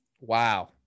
wow